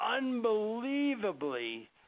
unbelievably